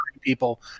people